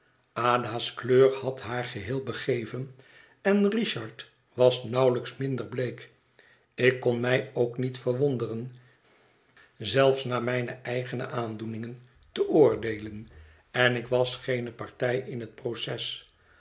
da's kleur had haar geheel begeven en richard was nauwelijks minder bleek ik kon mij ook niet verwonderen zelfs naar mijne eigene aandoeningen te oordeelen en ik was geene partij in het proces